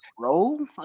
throw